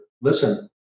Listen